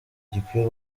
gikwiye